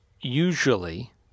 usually